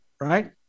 right